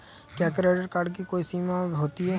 क्या credit card की कोई समय सीमा होती है?